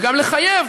וגם לחייב